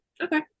Okay